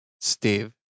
Steve